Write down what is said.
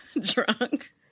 drunk